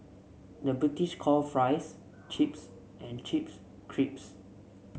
the British call fries chips and chips crisps